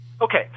Okay